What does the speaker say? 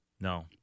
No